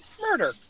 Murder